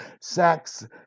sex